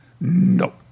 No